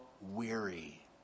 weary